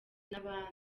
n’abandi